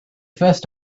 first